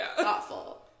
thoughtful